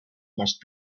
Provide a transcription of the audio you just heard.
must